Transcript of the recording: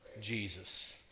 Jesus